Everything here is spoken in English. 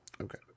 Okay